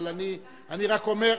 אבל אני רק אומר,